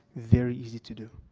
very easy to do.